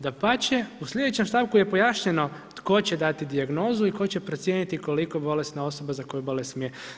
Dapače, u slijedećem stavku je pojašnjeno tko će dati dijagnozu i tko će procijeniti koliko bolesna osoba za koju bolest smije.